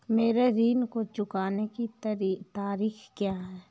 मेरे ऋण को चुकाने की तारीख़ क्या है?